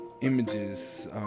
images